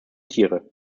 tiere